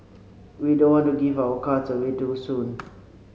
we don't want to give our cards away too soon